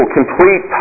complete